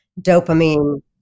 dopamine